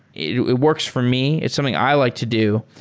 it it works for me. it's something i like to do.